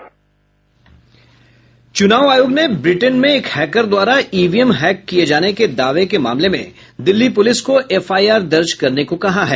चुनाव आयोग ने ब्रिटेन में एक हैकर द्वारा ईवीएम हैक किये जाने के दावे के मामले में दिल्ली पुलिस को एफआईआर दर्ज करने को कहा है